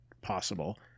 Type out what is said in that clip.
possible